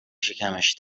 شکمش